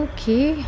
Okay